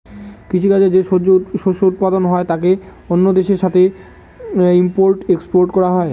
কৃষি কাজে যে শস্য উৎপাদন হয় তাকে অন্য দেশের সাথে ইম্পোর্ট এক্সপোর্ট করা হয়